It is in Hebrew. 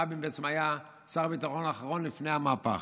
רבין בעצם היה שר הביטחון האחרון לפני המהפך,